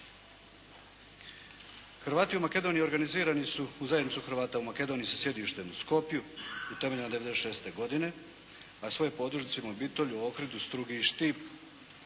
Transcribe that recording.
Hrvati u Makedoniji organizirani su u Zajednicu Hrvata u Makedoniji sa sjedištem u Skopju utemeljene 96. godine a svoje podružnice ima u Bitoli, Ohridu, Strugi i Štipu.